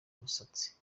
musatsi